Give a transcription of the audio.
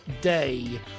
day